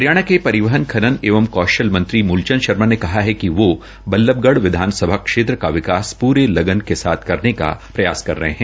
हरियाणा के परिवहन खनन एवं कौशल मंत्री मुलचंद शर्मा ने कहा है कि वह बल्लभगढ़ विधानसभा क्षेत्र का विकास प्रे लगन के साथ करने का प्रयास कर रहे हैं